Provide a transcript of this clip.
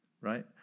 right